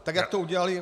Tak jak to udělaly